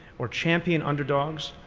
or champion underdogs,